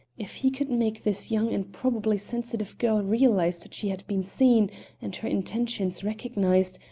if he could make this young and probably sensitive girl realize that she had been seen and her intentions recognized,